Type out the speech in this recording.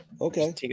Okay